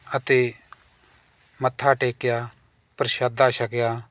ਅਤੇ ਮੱਥਾ ਟੇਕਿਆ ਪ੍ਰਸ਼ਾਦਾ ਛਕਿਆ